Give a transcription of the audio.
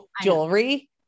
Jewelry